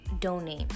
Donate